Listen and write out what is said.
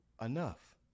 enough